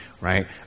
right